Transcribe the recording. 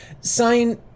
sign –